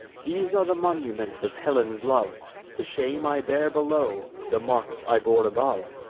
these are the monuments of helen's love the shame i bear below, the marks i bore above.